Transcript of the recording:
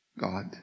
God